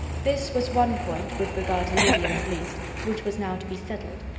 this was one point, with regard to lydia, at least, which was now to be settled,